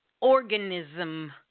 organism